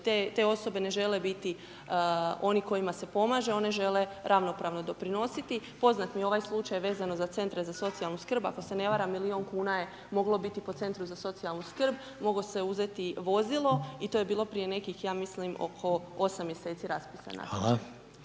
te osobe ne žele biti oni kojima se pomaže, one žele ravnopravno doprinositi. Poznat mi je ovaj slučaj vezano za Centre za socijalnu skrb, ako se ne varam, milijun kuna je moglo biti po Centru za socijalnu skrb, moglo se uzeti vozilo i to je bilo prije nekih, ja mislim, oko 8 mjeseci raspisan